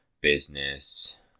business